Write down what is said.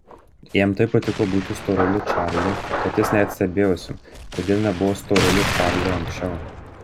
jam taip patiko būti storuliu čarliu kad jis net stebėjosi kodėl nebuvo storuliu čarliu anksčiau